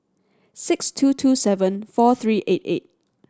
six two two seven four three eight eight